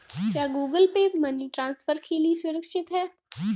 क्या Google Pay money transfer के लिए सुरक्षित है?